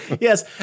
yes